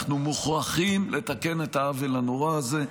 אנחנו מוכרחים לתקן את העוול הנורא הזה.